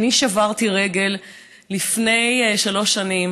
אני שברתי רגל לפני שלוש שנים